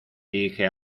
dirige